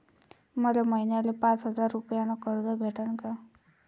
मले महिन्याले पाच हजार रुपयानं कर्ज भेटन का?